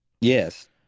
Yes